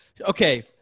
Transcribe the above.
okay